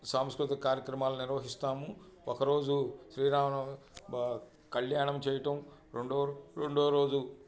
సంస్కృతక కార్యక్రమాలు నిర్వహిస్తాము ఒకరోజు శ్రీరామనవమి కళ్యాణం చేయటం రెండో రెండో రోజు